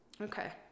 Okay